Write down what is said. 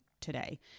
today